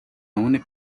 only